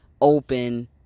open